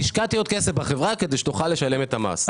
השקעתי עוד כסף בחברה כדי שתוכל לשלם את המס.